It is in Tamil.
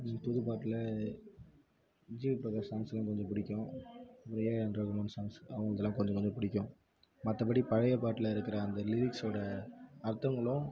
புது பாட்டில் ஜி வி பிரகாஷ் சாங்ஸ்லாம் கொஞ்சம் பிடிக்கும் அப்றம் ஏ ஆன் ரகுமான் சாங்ஸ் அவங்கள்துலாம் கொஞ்சம் கொஞ்சம் பிடிக்கும் மற்றபடி பழைய பாட்டில் இருக்கிற அந்த லிரிக்ஸோடய அர்த்தங்களும்